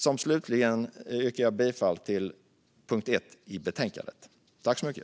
Slutligen yrkar jag bifall till punkt 1 i utskottets förslag i betänkandet.